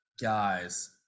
guys